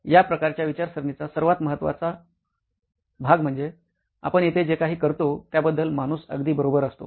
या प्रकारच्या विचारसरणीचा सर्वात महत्त्वाचा भाग म्हणजे आपण येथे जे काही करतो त्याबद्दल माणूस अगदी बरोबर असतो